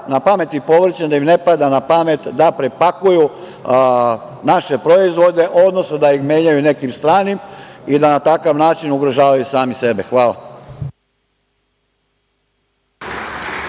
voćem i povrćem da im ne pada na pamet da prepakuju naše proizvode, odnosno da im menjaju nekim stranim i da na takav način ugrožavaju sami sebe. Hvala.